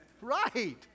Right